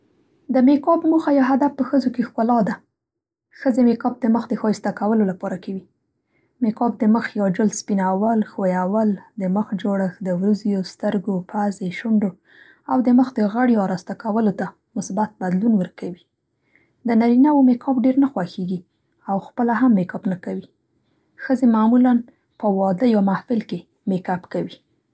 د مېکاپ موخه یا هدف په ښځو کې ښکلا ده. ښځې مېکاپ د مخ د ښایسته کولو لپاره کوي. مېکاپ د مخ یا جلد سپینول، ښویول، د مخ جوړښت، د وریځو، سترکو، پزې، شونډو او د مخ د غړیو اراسته کولو ته مثبت بدلون ورکوي. د نرینه وو مېکاپ ډېر نه خوښېږي او خپله هم مېکاپ نه کوي. ښځې معمولا په واده یا محفل کې مېکاپ کوي.